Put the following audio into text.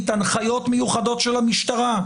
הנחיות מיוחדות של המשטרה.